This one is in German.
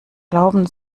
glauben